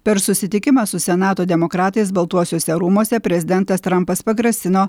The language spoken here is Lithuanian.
per susitikimą su senato demokratais baltuosiuose rūmuose prezidentas trampas pagrasino